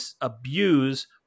abuse